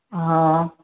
हँ